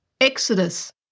Exodus